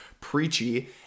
preachy